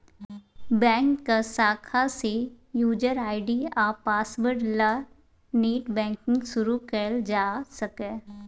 बैंकक शाखा सँ युजर आइ.डी आ पासवर्ड ल नेट बैंकिंग शुरु कयल जा सकैए